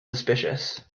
suspicious